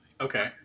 Okay